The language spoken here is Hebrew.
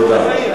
אוקיי, תודה רבה.